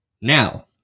Now